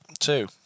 two